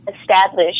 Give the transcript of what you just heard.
establish